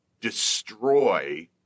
destroy